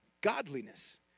godliness